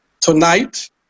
Tonight